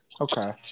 Okay